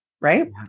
right